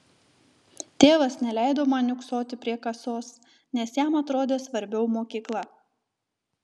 tėvas neleido man niūksoti prie kasos nes jam atrodė svarbiau mokykla